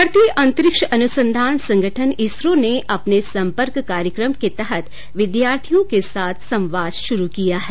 भारतीय अंतरिक्ष अनुसंधान संगठन इसरो ने अपने संपर्क कार्यक्रम के तहत विद्यार्थियों के साथ संवाद शुरू किया है